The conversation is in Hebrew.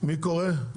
מי קורא?